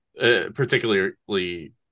particularly